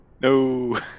No